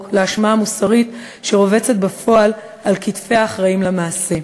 לאשמה המוסרית שרובצת בפועל על כתפי האחראים למעשה.